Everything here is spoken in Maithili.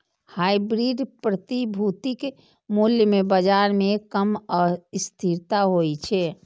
हाइब्रिड प्रतिभूतिक मूल्य मे बाजार मे कम अस्थिरता होइ छै